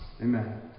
Amen